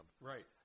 Right